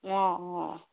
অঁ অঁ